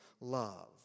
love